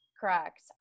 Correct